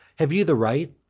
have ye the right,